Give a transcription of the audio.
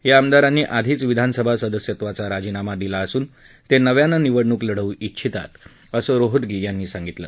या आमदारांनी आधीच विधानसभा सदस्यत्वाचा राजीनामा दिला असून ते नव्यानं निवडणूक लढवू इघिछतात असं रोहतगी यांनी सांगितलं